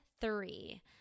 three